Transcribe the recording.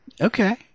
Okay